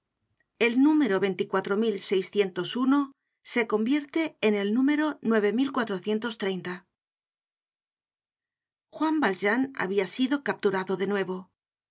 el número se convierte en el número juan valjean habia sido capturado de nuevo